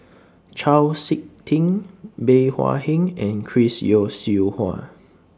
Chau Sik Ting Bey Hua Heng and Chris Yeo Siew Hua